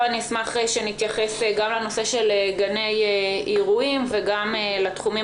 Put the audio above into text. פה אשמח שנתייחס גם לנושא גני האירועים וגם לתחומים